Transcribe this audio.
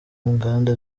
nganda